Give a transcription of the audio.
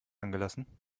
angelassen